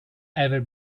ever